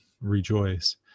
rejoice